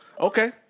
Okay